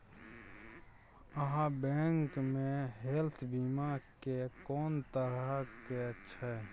आहाँ बैंक मे हेल्थ बीमा के कोन तरह के छै?